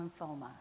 lymphoma